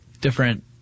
different